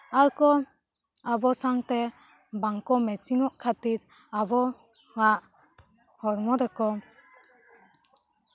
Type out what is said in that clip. ᱟᱨ ᱠᱚ ᱟᱵᱚ ᱥᱟᱝᱛᱮ ᱵᱟᱝᱠᱚ ᱢᱮᱪᱤᱝᱚᱜ ᱠᱷᱟ ᱛᱤᱨ ᱟᱵᱚᱣᱟᱜ ᱦᱚᱲᱢᱚ ᱨᱮᱠᱚ